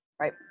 right